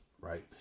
Right